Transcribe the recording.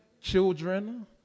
children